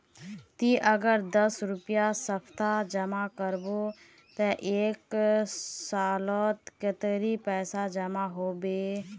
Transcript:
ती अगर दस रुपया सप्ताह जमा करबो ते एक सालोत कतेरी पैसा जमा होबे बे?